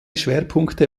schwerpunkte